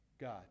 God